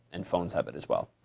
and phones have it as well.